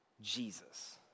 Jesus